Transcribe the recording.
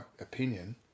opinion